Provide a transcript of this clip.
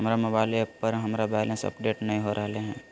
हमर mobile app पर हमर बैलेंस अपडेट नय हो रहलय हें